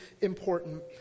important